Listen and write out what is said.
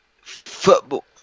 football